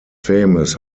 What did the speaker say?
famous